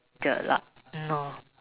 jelak !hannor!